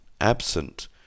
absent